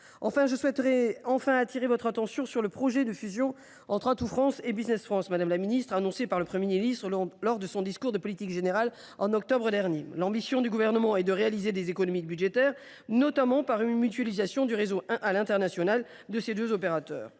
Enfin, j’attire votre attention sur le projet de fusion entre Atout France et Business France, annoncé par le Premier ministre lors de son discours de politique générale en octobre dernier. L’ambition du Gouvernement est de réaliser des économies budgétaires, notamment par une mutualisation du réseau à l’international de ces deux opérateurs.